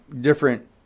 different